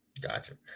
gotcha